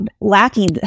lacking